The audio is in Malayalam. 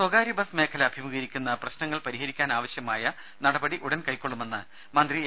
സ്വകാര്യ ബസ് മേഖല അഭിമുഖീകരിക്കുന്ന പ്രശ്നങ്ങൾ പരിഹരിക്കാനാവ ശൃമായ നടപടി ഉടൻ കൈകൊള്ളുമെന്ന് മന്ത്രി എ